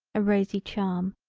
a rosy charm.